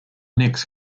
nicks